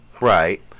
Right